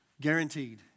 guaranteed